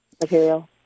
material